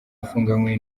afunganywe